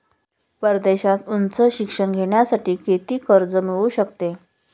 परदेशात उच्च शिक्षण घेण्यासाठी किती कर्ज मिळू शकते?